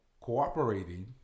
cooperating